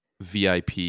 vip